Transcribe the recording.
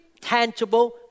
tangible